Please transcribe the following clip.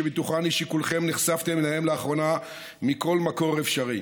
שבטוחני שכולכם נחשפתם להם לאחרונה מכל מקור אפשרי,